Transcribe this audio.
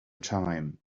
time